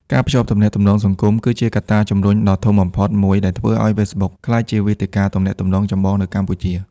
ការភ្ជាប់ទំនាក់ទំនងសង្គម គឺជាកត្តាជំរុញដ៏ធំបំផុតមួយដែលធ្វើឱ្យ Facebook ក្លាយជាវេទិកាទំនាក់ទំនងចម្បងនៅកម្ពុជា។